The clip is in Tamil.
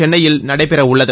சென்னையில் நடைபெறவுள்ளது